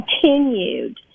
continued